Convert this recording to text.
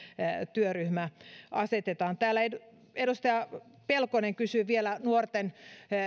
työryhmä asetetaan täällä edustaja pelkonen kysyi vielä nuorten